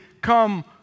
come